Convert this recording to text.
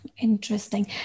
Interesting